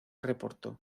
reportó